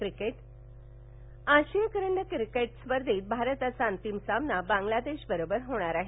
cricket आशिया करंडक cricket स्पर्धेत भारताचा अंतिम सामना बांगलादेश बरोबर होणार आहे